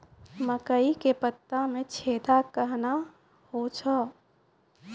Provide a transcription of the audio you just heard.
मकई के पत्ता मे छेदा कहना हु छ?